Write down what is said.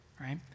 right